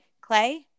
Clay